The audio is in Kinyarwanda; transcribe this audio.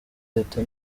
leta